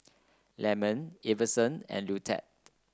Lyman Iverson and Luetta